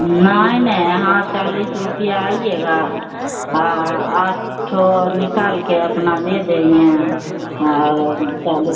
नहीं ना हाँ चालीस रुपये आइएगा आठ ठो निकाल के अपना दे देहिंये और ओ चालीस